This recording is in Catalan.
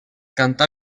cantà